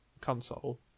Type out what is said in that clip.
console